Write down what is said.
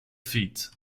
feet